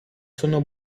sono